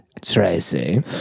Tracy